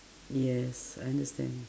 yes I understand